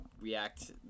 react